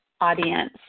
audience